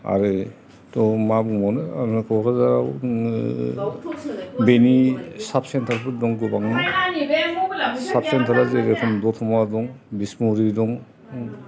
आरोथ' मा बुंबावनो आङो क'क्राझाराव नि बेनि साब चेन्टारफोर दं गोबांनि साब चेन्टार आ जेर'खम दतमा दं बिसमुरि दं